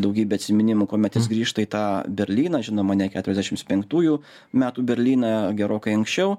daugybė atsiminimų kuomet jis grįžta į tą berlyną žinoma ne keturiasdešimts penktųjų metų berlyną gerokai anksčiau